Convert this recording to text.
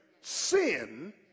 sin